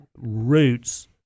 roots